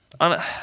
on